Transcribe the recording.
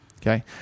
okay